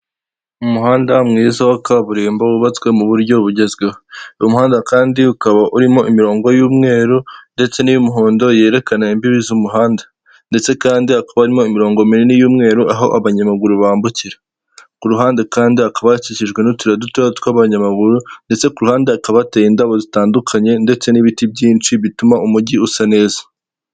Umuhanda mwiza wa kaburimbo wubatswe mu buryo bugezweho, uy’umuhanda kandi ukaba urimo imirongo y'umweru ndetse n'iy'umuhondo yerekana imbibi z'umuhanda, ndetse kandi hakaba harimo imirongo minini y'umweru aho abanyamaguru bambukira, ku ruhande kandi hakaba hakikijwe n'utuyira duto tw'abanyamaguru, ndetse ku ruhande hakaba hatey’indabo zitandukanye ndetse n'ibiti byinshi bituma umujyi usa neza.